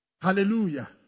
Hallelujah